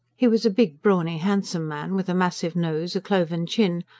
he was a big, brawny, handsome man, with a massive nose, a cloven chin,